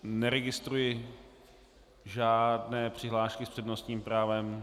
Neregistruji žádné přihlášky s přednostním právem.